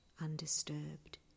undisturbed